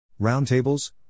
Roundtables